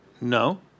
No